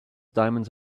diamonds